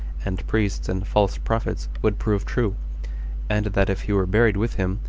and priests, and false prophets, would prove true and that if he were buried with him,